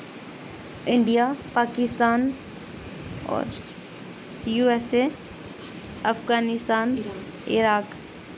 India Pakistan होर U S A Afghanistan Iraq